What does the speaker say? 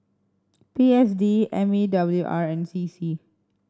P S D M E W R and C C